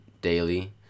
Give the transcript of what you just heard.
Daily